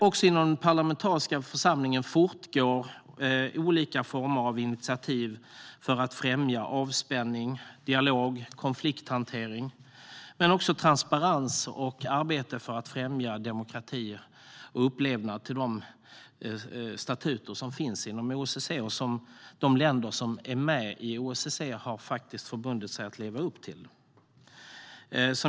Också inom den parlamentariska församlingen fortgår olika former av initiativ för att främja avspänning, dialog och konflikthantering men också transparens och arbete för att främja demokrati och se till att de länder som är med i OSSE lever upp till de statuter som finns inom OSSE och som de faktiskt har förbundit sig att leva upp till.